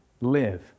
live